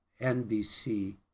nbc